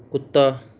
ਕੁੱਤਾ